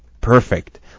Perfect